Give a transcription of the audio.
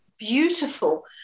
beautiful